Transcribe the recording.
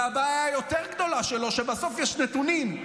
והבעיה היותר גדולה שלו היא שבסוף יש נתונים,